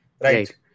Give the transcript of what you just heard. Right